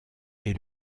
est